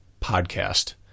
podcast